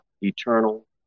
Eternal